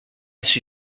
sui